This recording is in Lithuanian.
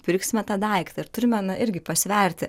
pirksime tą daiktą ir turime na irgi pasverti